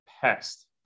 pest